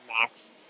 max